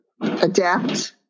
adapt